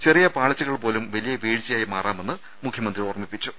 ചെറിയ പാളിച്ചകൾ പോലും വലിയ വീഴ്ചയായി മാറാമെന്നും മുഖ്യമന്ത്രി ഓർമിപ്പിച്ചു